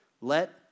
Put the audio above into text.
let